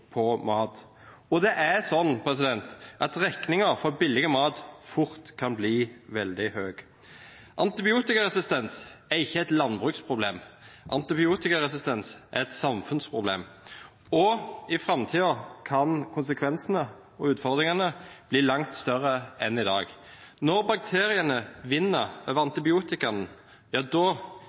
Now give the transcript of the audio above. på mat. Og regningen for billig mat kan fort bli veldig høy. Antibiotikaresistens er ikke et landbruksproblem. Antibiotikaresistens er et samfunnsproblem, og i framtiden kan konsekvensene og utfordringene bli langt større enn i dag. Når bakteriene vinner over